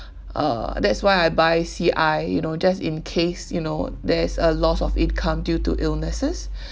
uh that's why I buy C_I you know just in case you know there is a loss of income due to illnesses